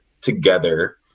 together